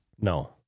No